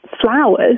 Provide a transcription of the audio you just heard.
flowers